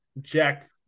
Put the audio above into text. Jack